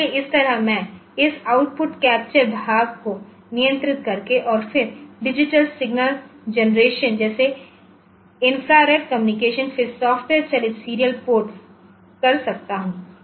इसलिए इस तरह मैं इस आउटपुट कैप्चर भाग को नियंत्रित करके और फिर डिजिटल सिग्नल जनरेशन जैसे इन्फ्रारेड कम्युनिकेशन फिर सॉफ्टवेयर चालित सीरियल पोर्ट्स कर सकता हूं